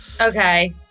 Okay